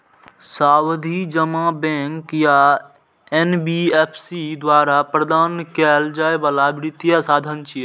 सावधि जमा बैंक या एन.बी.एफ.सी द्वारा प्रदान कैल जाइ बला वित्तीय साधन छियै